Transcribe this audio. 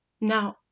Now